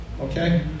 Okay